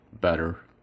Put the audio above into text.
better